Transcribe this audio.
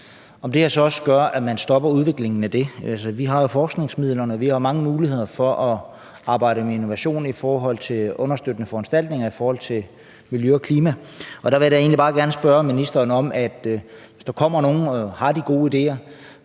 om det her så også gør, at man stopper udviklingen af det. Altså, vi har jo forskningsmidlerne, og vi har mange muligheder for at arbejde med innovation forhold til understøttende foranstaltninger i forhold til miljø og klima. Og der vil jeg da egentlig bare gerne spørge ministeren, om hun, hvis der kommer nogle med de gode idéer,